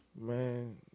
Man